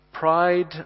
Pride